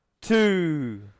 Two